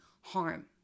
harm